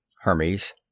Hermes